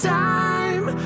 time